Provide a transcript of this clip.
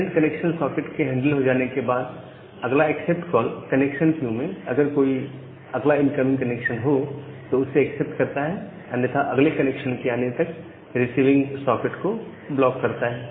current connection socket के handle हो जाने के बाद अगला एक्सेप्ट कॉल कनेक्शन क्यू में अगर कोई अगला इनकमिंग कनेक्शन हो तो उसे एक्सेप्ट करता है अन्यथा अगले कनेक्शन के आने तक रिसिविंग सॉकेट को ब्लॉक करता है